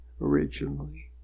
originally